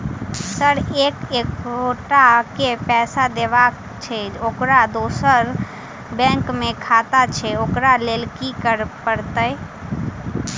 Sir एक एगोटा केँ पैसा देबाक छैय ओकर दोसर बैंक मे खाता छैय ओकरा लैल की करपरतैय?